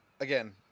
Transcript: Again